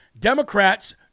Democrats